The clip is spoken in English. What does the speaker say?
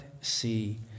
see